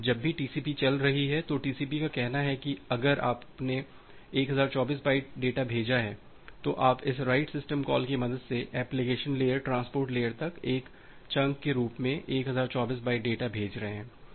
अब जब भी टीसीपी चल रही है तो टीसीपी का कहना है कि अगर आपने 1024 बाइट डेटा भेजा है तो आप इस राइट सिस्टम कॉल की मदद से एप्लिकेशन लेयर से ट्रांसपोर्ट लेयर तक एक चंक के रूप में 1024 बाइट डेटा भेज रहे हैं